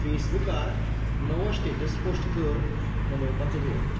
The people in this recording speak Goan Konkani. फेसबूकार नवो स्टेटस पोस्ट कर मनोवपाचो वेळ